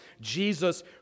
Jesus